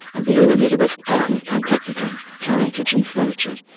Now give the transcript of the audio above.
a blue elizabeth ann pantechnicon carrying kitchen furniture,